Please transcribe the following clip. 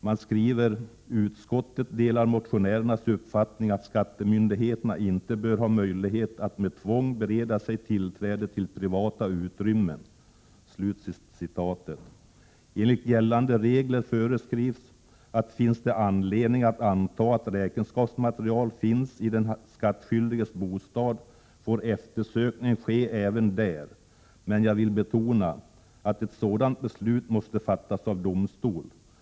Man skriver: ”Utskottet delar motionärernas uppfattning att skattemyndigheterna inte bör ha möjlighet att med tvång bereda sig tillträde till privata utrymmen.” I gällande regler föreskrivs att finns det anledning att anta att räkenskapsmaterial finns i den skattskyldiges bostad, får eftersökning ske även där. Men jag vill betona att ett sådant beslut måste fattas av domstol.